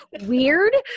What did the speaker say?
weird